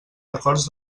records